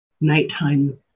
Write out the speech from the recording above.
nighttime